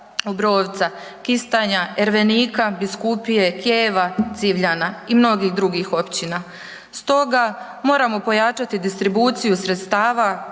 Obrovca, Kistanja, Ervenika, Biskupije, Kijevo, Civljana i mnogih dr. općina. Stoga moramo pojačati distribuciju sredstava